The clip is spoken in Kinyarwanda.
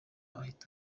ahita